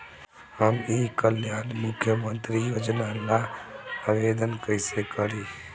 हम ई कल्याण मुख्य्मंत्री योजना ला आवेदन कईसे करी?